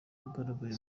yagaragaye